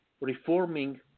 reforming